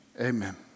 Amen